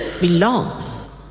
belong